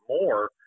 more